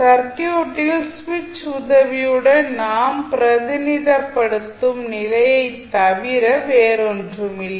சர்க்யூட்டில் சுவிட்ச் உதவியுடன் நாம் பிரதிநிதித்துவப்படுத்தும் நிலையைத் தவிர வேறொன்றுமில்லை